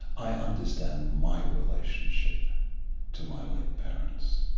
i understand my relationship to my late parents,